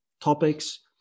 topics